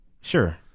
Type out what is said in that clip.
Sure